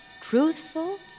truthful